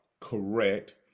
correct